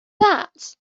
that